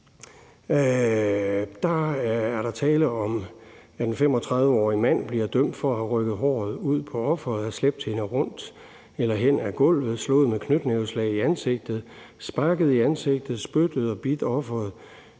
der er tale om, at en 35-årig mand er blevet dømt for at have rykket håret ud på offeret og have slæbt hende hen ad gulvet, slået hende med knytnæveslag i ansigtet, sparket hende i ansigtet og spyttet på og bidt hende.